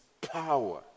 power